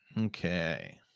Okay